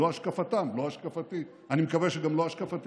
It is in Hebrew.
זו השקפתם, לא השקפתי, אני מקווה שגם לא השקפתנו.